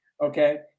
okay